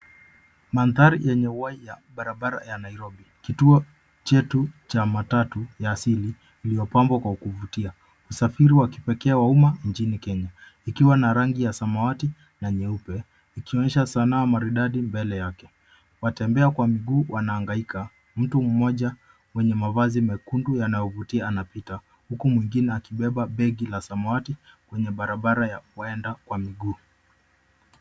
Mandhari yenye uhai ya barabara ya Nairobi. Kituo chetu cha matatu ya asili, iliyopambwa kwa kuvutia. Usafiri wa kipekee wa umma nchini Kenya, ikiwa na rangi ya samawati na nyeupe, ikionyesha sanaa maridadi mbele yake. Watembea kwa miguu, wanaangaika na mtu mmoja mwenye mavazi mekundu yanayovutia anapita, huku mwingine akibeba begi la samawati kwenye barabarani ya kuenda kwa miguu.